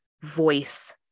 voice